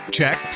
check